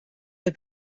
the